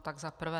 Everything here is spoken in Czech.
Tak za prvé.